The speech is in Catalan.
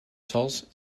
sòls